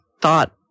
thought